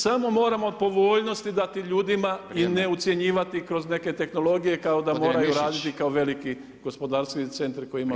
Samo moramo povoljnosti dati ljudima i ne ucjenjivati kroz neke tehnologije kao da moraju raditi kao veliki gospodarstveni centri koje imamo.